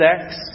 sex